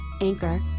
Anchor